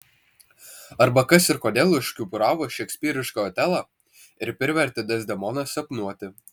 arba kas ir kodėl iškupiūravo šekspyrišką otelą ir privertė dezdemoną sapnuoti